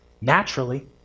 naturally